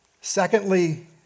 Secondly